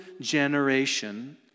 generation